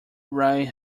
right